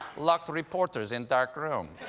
locked reporters in dark room.